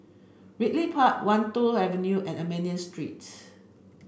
Ridley Park Wan Tho Avenue and Armenian Streets